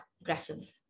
aggressive